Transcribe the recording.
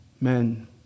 Men